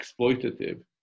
exploitative